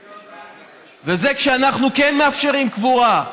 וזה, כשאנחנו כן מאפשרים קבורה.